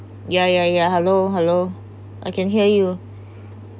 yeah yeah yeah hello hello I can hear you